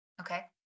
Okay